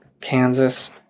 Kansas